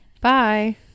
Bye